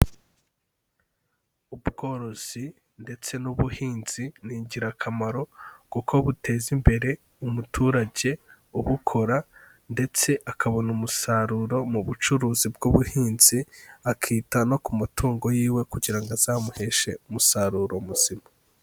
Ubworozi ndetse n'ubuhinzi ni ingirakamaro kuko buteza imbere umuturage ubukora ndetse akabona umusaruro mu bucuruzi bw'ubuhinzi, akita no ku mutungo yiwe kugira ngo azamuheshe umusaruro muzima.